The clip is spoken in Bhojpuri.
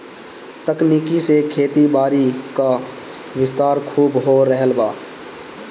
तकनीक से खेतीबारी क विस्तार खूब हो रहल बा